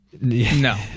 no